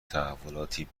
تحولاتی